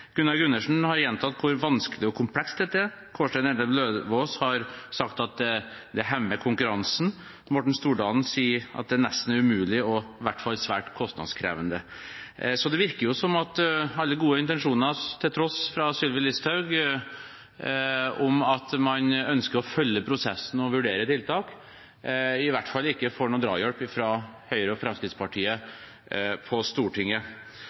Gunnar Gundersen har gjentatt hvor vanskelig og komplekst dette er. Kårstein Eidem Løvaas har sagt at det hemmer konkurransen. Morten Stordalen har sagt at det er nesten umulig og i hvert fall svært kostnadskrevende. Så det virker som at vi, til tross for alle gode intensjoner fra Sylvi Listhaug om at man ønsker å følge prosessen og vurdere tiltak, i hvert fall ikke får noen drahjelp fra Høyre og Fremskrittspartiet på Stortinget.